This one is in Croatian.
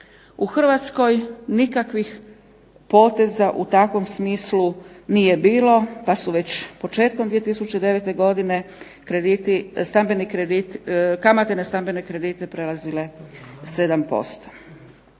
U Hrvatskoj nikakvih poteza u takvom smislu nije bilo pa su već početkom 2009. godine kamate na stambene kredite prelazile 7%.